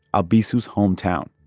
albizu's hometown.